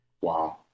wow